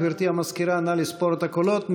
גברתי המזכירה, נא לספור את הקולות.